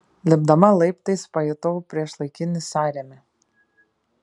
lipdama laiptais pajutau priešlaikinį sąrėmį